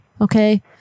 okay